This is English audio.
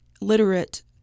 literate